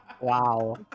Wow